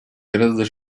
гораздо